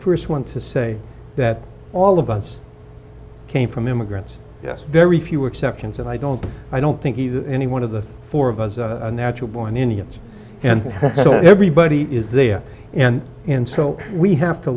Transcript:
the st one to say that all of us came from immigrants yes very few exceptions and i don't i don't think he's any one of the four of us a natural born indians and everybody is there and and so we have to